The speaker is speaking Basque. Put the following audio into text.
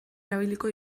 erabiliko